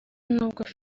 n’ubwo